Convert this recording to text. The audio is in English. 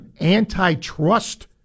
antitrust